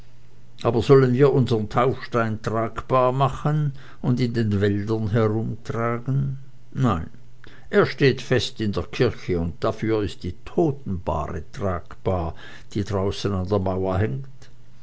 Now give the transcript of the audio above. aber sollen wir unsern taufstein tragbar machen und in den wäldern herumtragen nein er steht fest in der kirche und dafür ist die totenbahre tragbar die draußen an der mauer hängt